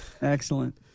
Excellent